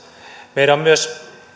meidän on myös